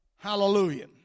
Hallelujah